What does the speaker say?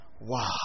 Wow